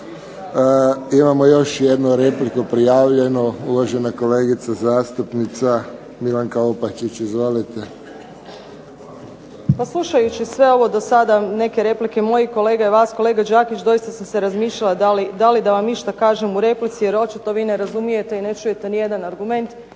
Imamo još jednu repliku prijavljenu. Uvažena kolegica zastupnica Milanka Opačić. Izvolite kolegice. **Opačić, Milanka (SDP)** Pa slušajući sve ovo do sada neke replike mojih kolega i vas kolega Đakić doista sam se razmišljala da li da vam išta kažem u replici, jer očito vi ne razumijete i ne čujete nijedan argument.